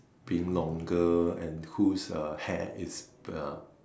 being longer and who's uh hair is uh